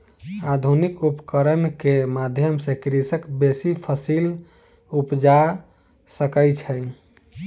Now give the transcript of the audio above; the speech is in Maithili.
आधुनिक उपकरण के माध्यम सॅ कृषक बेसी फसील उपजा सकै छै